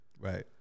Right